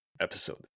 episode